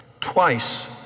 twice